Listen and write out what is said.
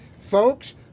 Folks